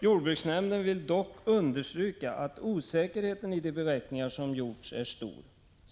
JN vill dock understryka att osäkerheten i de beräkningar som gjorts är stor.